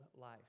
life